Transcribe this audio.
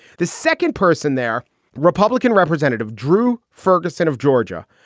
the second person, their republican representative, drew ferguson of georgia,